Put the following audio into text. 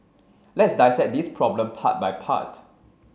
let's dissect this problem part by part